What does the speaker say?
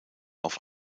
auf